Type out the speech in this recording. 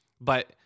But-